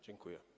Dziękuję.